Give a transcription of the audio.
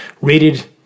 rated